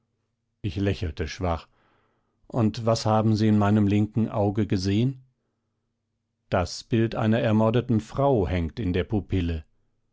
ich lächelte schwach und was haben sie in meinem linken auge gesehen das bildnis einer ermordeten frau hängt in der pupille